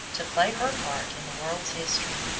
to play her part in the world's history.